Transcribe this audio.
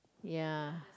ya